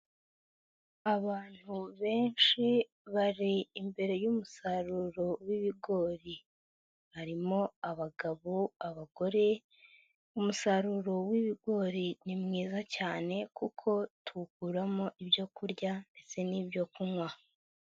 Abantu benshi bari imbere y'umusaruro w'ibigori, harimo abagabo, abagore, umusaruro w'ibigori ni mwiza cyane kuko tuwukuramo ibyo kurya ndetse n'ibyokunywa.